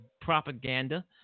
propaganda